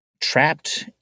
trapped